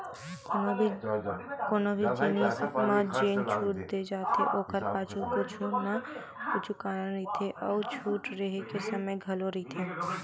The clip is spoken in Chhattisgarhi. कोनो भी जिनिस म जेन छूट दे जाथे ओखर पाछू कुछु न कुछु कारन रहिथे अउ छूट रेहे के समे घलो रहिथे